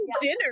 dinner